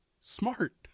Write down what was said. smart